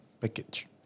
package